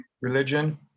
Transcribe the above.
religion